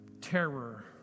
terror